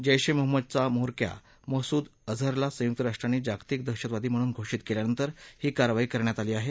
जैश ए मोहम्मदचा म्होरक्या मसूद अझहरला संयुक राष्ट्रांनी जागतिक दहशतवादी म्हणून घोषित केल्यानंतर ही कारवाई करण्यात आली आहे